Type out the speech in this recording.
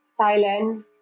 Thailand